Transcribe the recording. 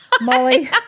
Molly